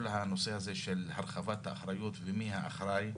כל הנושא הזה של הרחבת האחריות, ומי האחראי.